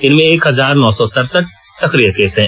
इनमें एक हजार नौ सौ सरसठ सक्रिय केस हैं